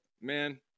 Man